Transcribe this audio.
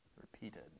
repeated